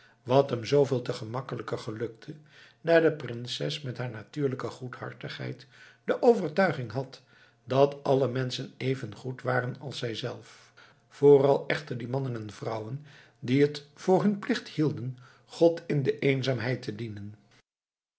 wat hem zooveel te gemakkelijker gelukte daar de prinses met haar natuurlijke goedhartigheid de overtuiging had dat alle menschen even goed waren als zij zelf vooral echter die mannen en vrouwen die het voor hun plicht hielden god in de eenzaamheid te dienen